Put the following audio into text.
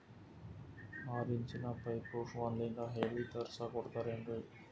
ಆರಿಂಚಿನ ಪೈಪು ಫೋನಲಿಂದ ಹೇಳಿ ತರ್ಸ ಕೊಡ್ತಿರೇನ್ರಿ?